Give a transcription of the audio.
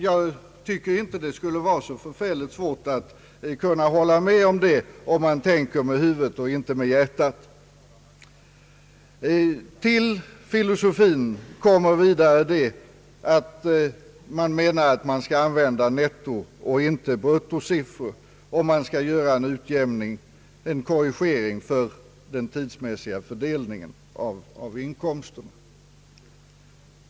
Jag tycker inte det skulle vara så svårt att hålla med om det, om man tänker med huvudet och inte med hjärtat. Till filosofin i fråga hör vidare att man menar att man skall använda nettooch inte bruttosiffror, om man skall göra en korrigering för den tidsmässiga fördelningen av inkomsten.